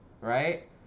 right